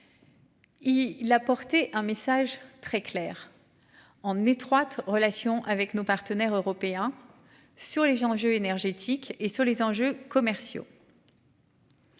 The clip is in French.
Il a porté un message très clair. En étroite relation avec nos partenaires européens. Sur les gens je énergétique et sur les enjeux commerciaux.--